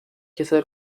کسل